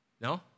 No